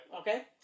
Okay